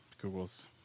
Google's